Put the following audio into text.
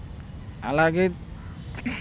అలాగే